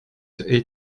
the